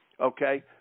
Okay